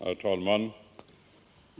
Herr talman!